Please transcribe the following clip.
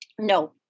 No